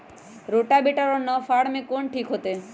Rotavator और नौ फ़ार में कौन ठीक होतै?